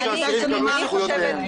אני רוצה שהאסירים יקבלו את הזכויות שלהם.